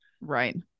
Right